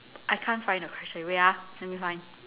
I can't find the question wait ah let me find